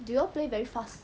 do you all play very fast